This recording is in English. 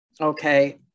Okay